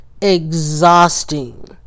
exhausting